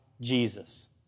Jesus